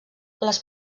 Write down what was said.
les